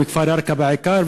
מכפר ירכא בעיקר,